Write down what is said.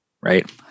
Right